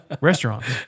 restaurants